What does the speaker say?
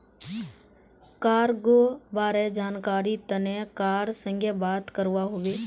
cargo बारे जानकरीर तने कार संगे बात करवा हबे